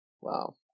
Wow